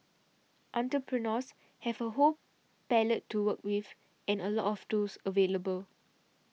entrepreneurs have a whole palette to work with and a lot of tools available